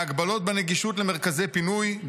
מהגבלות בנגישות למרכזי פינוי,